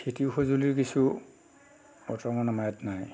খেতিৰ সঁজুলি কিছু বৰ্তমান আমাৰ ইয়াত নাই